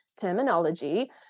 terminology